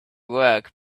work